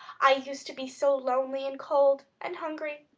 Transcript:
i used to be so lonely and cold and, hungry,